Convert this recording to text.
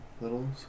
Little